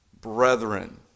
brethren